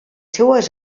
seues